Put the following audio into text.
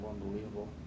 unbelievable